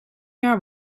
jaar